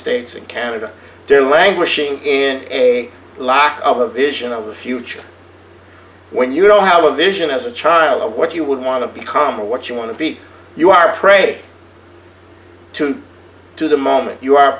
states and canada they're languishing in a lack of a vision of the future when you don't have a vision as a child of what you would want to become or what you want to beat you are prey to to the moment you are